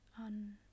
on